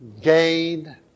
gain